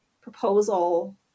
proposal